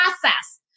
process